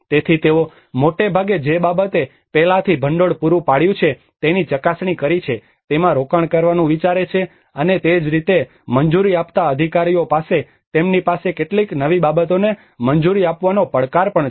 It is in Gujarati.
તેથી તેઓ મોટે ભાગે જે બાબતે પહેલાથી ભંડોળ પૂરું પાડ્યું છે તેની ચકાસણી કરી છે તેમાં રોકાણ કરવાનું વિચારે છે અને તે જ રીતે મંજૂરી આપતા અધિકારીઓ પાસે તેમની પાસે કેટલીક નવી બાબતોને મંજૂરી આપવાનો પડકાર પણ છે